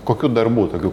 kokių darbų tokių